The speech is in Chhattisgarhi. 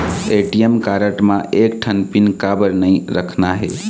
ए.टी.एम कारड म एक ठन पिन काबर नई रखना हे?